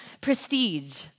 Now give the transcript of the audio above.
prestige